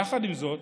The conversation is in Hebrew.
יחד עם זאת,